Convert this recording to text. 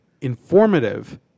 informative